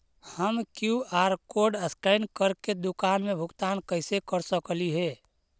हम QR code scan करके दुकान में भुगतान कैसे कर सकली हे?